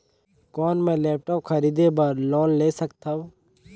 कौन मैं लेपटॉप खरीदे बर लोन ले सकथव?